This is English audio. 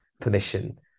permission